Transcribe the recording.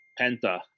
Penta